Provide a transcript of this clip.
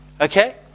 okay